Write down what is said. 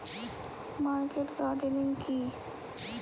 Market gardening কি?